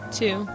two